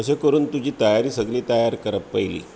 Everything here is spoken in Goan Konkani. अशें करून तुजी तयारी सगली तयार करप पयलीं